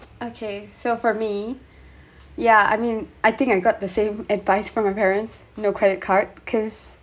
okay so for me yeah I mean I think I got the same advice from my parents no credit card because